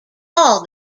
all